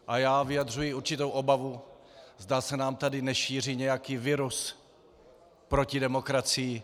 A já vyjadřuji určitou obavu, zda se nám tady nešíří nějaký virus proti demokracii.